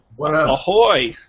Ahoy